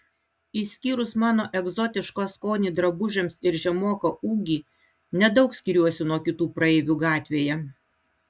išskyrus mano egzotišką skonį drabužiams ir žemoką ūgį nedaug skiriuosi nuo kitų praeivių gatvėje